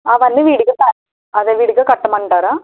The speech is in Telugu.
అవన్నీ విడిగా ప్యాక్ అవి విడిగా కట్టమంటారా